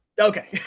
okay